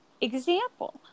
Example